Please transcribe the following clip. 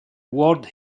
world